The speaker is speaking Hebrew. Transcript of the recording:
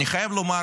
אני חייב לומר,